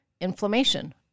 inflammation